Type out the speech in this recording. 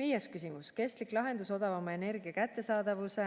Viies küsimus: "Kestlik lahendus odavama energia kättesaadavuse